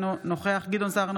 אינו נוכח גדעון סער,